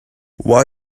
why